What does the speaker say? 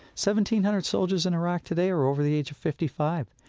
seventeen hundred soldiers in iraq today are over the age of fifty five.